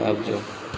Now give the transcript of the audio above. આવજો